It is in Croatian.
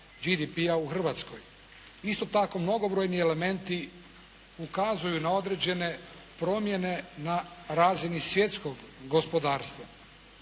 GDP-a u Hrvatskoj. Isto tako mnogobrojni elementi ukazuju na određene promjene na razini svjetskog gospodarstva.